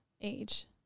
age